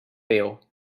peó